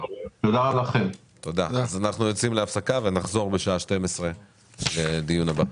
אנחנו יוצאים להפסקה ונחזור בשעה 12 לדיון הבא.